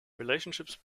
relationships